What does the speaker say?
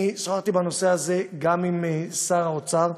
אני שוחחתי בנושא הזה גם עם שר האוצר.